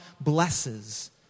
blesses